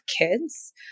kids